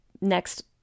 next